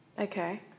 Okay